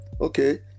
Okay